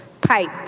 pipe